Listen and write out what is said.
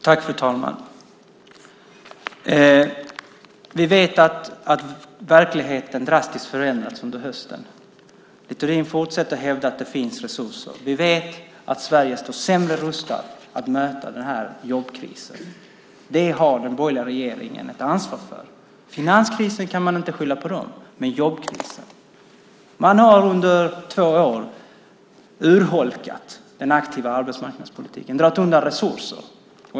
Fru talman! Vi vet att verkligheten drastiskt förändrats under hösten. Littorin fortsätter att hävda att det finns resurser. Vi vet att Sverige står sämre rustat att möta jobbkrisen. Det har den borgerliga regeringen ett ansvar för. Finanskrisen kan man inte skylla på regeringen, men jobbkrisen. Man har under två år urholkat den aktiva arbetsmarknadspolitiken och dragit undan resurser.